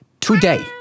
today